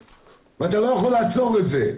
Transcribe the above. ואתה לא יכול לעצור את זה.